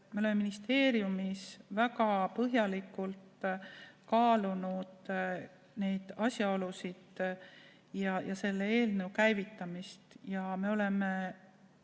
me oleme ministeeriumis väga põhjalikult kaalunud neid asjaolusid ja selle eelnõu käivitamist ning oleme